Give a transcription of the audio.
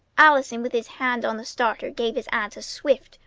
allison with his hand on the starter gave his aunt a swift,